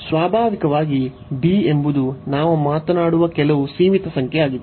ಸ್ವಾಭಾವಿಕವಾಗಿ b ಎಂಬುದು ನಾವು ಮಾತನಾಡುವ ಕೆಲವು ಸೀಮಿತ ಸಂಖ್ಯೆಯಾಗಿದೆ